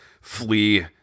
flee